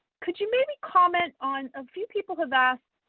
could you maybe comment on, a few people have asked,